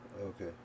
Okay